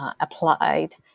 applied